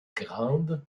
grande